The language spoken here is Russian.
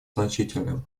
значительным